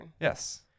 Yes